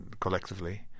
collectively